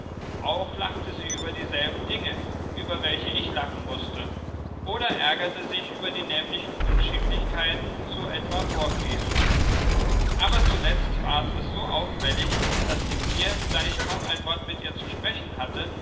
auch lachte sie über dieselben dinge über welche ich lachen mußte oder ärgerte sich über die nämlichen unschicklichkeiten so etwa vorfielen aber zuletzt ward es so auffällig daß sie mir da ich kaum ein wort mit ihr zu sprechen hatte